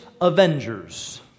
Avengers